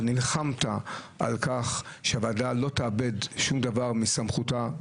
אתה נלחמת על כך שהוועדה לא תאבד שום דבר מסמכותה,